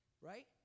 Right